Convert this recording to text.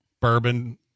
bourbon